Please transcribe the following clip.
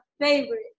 favorite